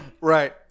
Right